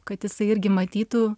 kad jisai irgi matytų